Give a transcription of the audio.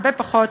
הרבה פחות,